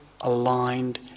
aligned